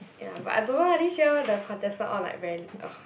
ya but I don't know eh this year the contestant all like very little